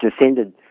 descended